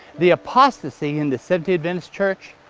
the apostasy in the seventh-day adventist church,